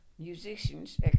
Musicians